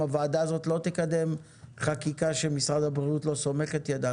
הוועדה הזאת גם לא תקדם חקיקה שמשרד הבריאות לא סומך את ידיו עליה.